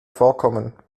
vorkommen